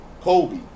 Kobe